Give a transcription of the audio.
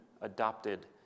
adopted